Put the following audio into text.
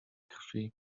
krwi